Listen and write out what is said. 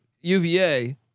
UVA